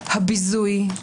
הביזוי,